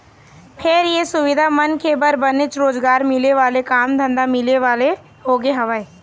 फेर ये सुबिधा ह मनखे मन बर बनेच रोजगार मिले वाले काम धंधा मिले वाले होगे हवय